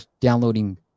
downloading